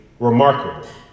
Remarkable